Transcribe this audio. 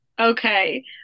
Okay